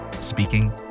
speaking